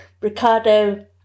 Ricardo